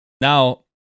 Now